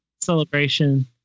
Celebration